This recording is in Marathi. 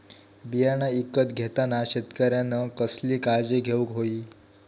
बियाणा ईकत घेताना शेतकऱ्यानं कसली काळजी घेऊक होई?